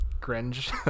cringe